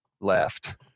left